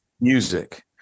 music